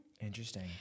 Interesting